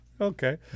Okay